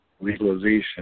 legalization